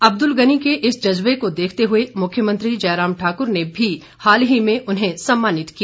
अब्दुल गनी के इस जज्बे को देखते हुए मुख्यमंत्री जयराम ठाकुर ने भी हाल ही में उन्हें सम्मानित किया